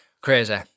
crazy